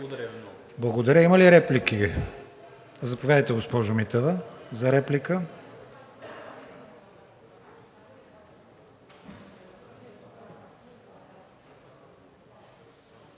Благодаря. Има ли реплики? Заповядайте, госпожо Митева, за реплика.